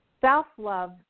self-love